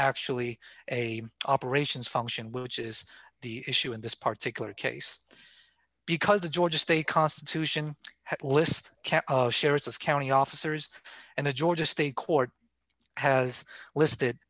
actually a operations function which is the issue in this particularly case because the georgia state constitution has a list of county officers and the georgia state court has listed